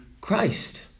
Christ